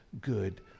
good